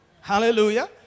Hallelujah